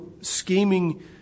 scheming